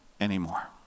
anymore